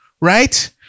right